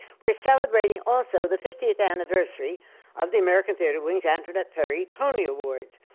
we are celebrating, also, the fiftieth anniversary of the american theatre wing's antoinette perry tony awards.